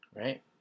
right